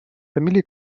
фамилии